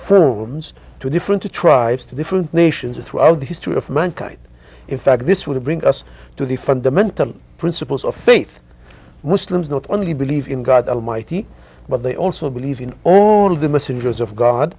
films to different to tribes to different nations or throughout the history of mankind in fact this would bring us to the fundamental principles of faith muslims not only believe in god almighty but they also believe in all the messengers of god